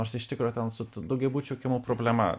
nors iš tikro ten su daugiabučių kiemų problema